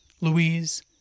Louise